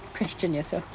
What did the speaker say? question yourself